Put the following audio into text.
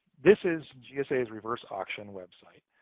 this is gsa's reverseauction website,